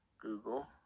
Google